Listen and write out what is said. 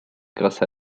grâce